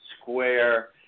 Square